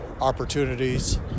opportunities